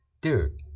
dude